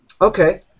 Okay